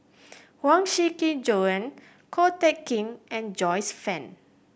Huang Shiqi Joan Ko Teck Kin and Joyce Fan